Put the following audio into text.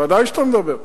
ודאי שאתה מדבר,